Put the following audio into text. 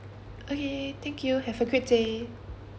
okay thank you have a great day